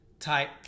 type